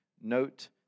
Note